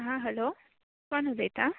आं हॅलो कोण उलयता